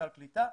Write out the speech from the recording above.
סל קליטה,